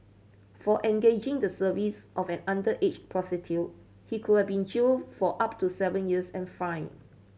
for engaging the service of an underage prostitute he could have been jailed for up to seven years and fined